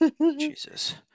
Jesus